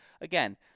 again